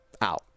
out